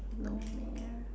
no meh